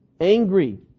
angry